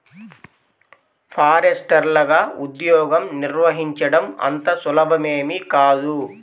ఫారెస్టర్లగా ఉద్యోగం నిర్వహించడం అంత సులభమేమీ కాదు